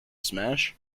smash